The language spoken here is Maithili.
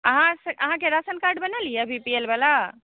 अहाँ अहाँकेँ राशन कार्ड बनल यऽ बी पी एल वाला